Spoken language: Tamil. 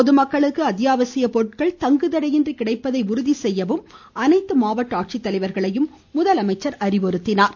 பொதுமக்களுக்கு அத்தியாவசிய பொருட்கள் தங்குதடையின்றி கிடைப்பதை உறுதி செய்யவும் அனைத்து மாவட்ட ஆட்சித்தலைவர்களையும் அவர் அறிவுறுத்தினார்